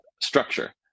structure